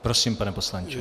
Prosím, pane poslanče.